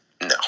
No